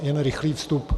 Jen rychlý vstup.